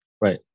Right